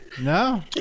No